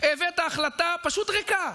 הבאת החלטה פשוט ריקה.